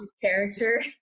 character